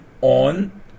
on